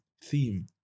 theme